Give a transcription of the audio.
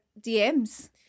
DMs